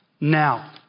now